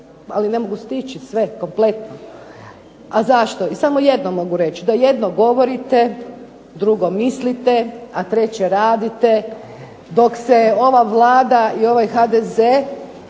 ali ne mogu stići sve kompletno, a zašto i samo jedno mogu reći, da jedno govorite, drugo mislite, a treće radite. Dok se ova Vlada i ovaj HDZ